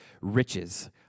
riches